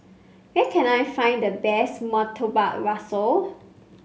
where can I find the best Murtabak Rusa